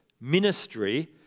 ministry